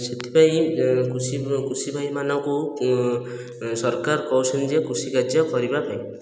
ସେଥିପାଇଁ କୃଷି ଭାଇମାନଙ୍କୁ ସରକାର କହୁଛନ୍ତି ଯେ କୃଷି କାର୍ଯ୍ୟ କରିବା ପାଇଁ